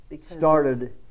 started